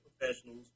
professionals